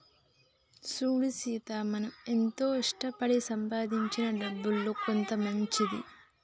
సూడు సీత మనం ఎంతో కష్టపడి సంపాదించిన డబ్బులో కొంత మంచిది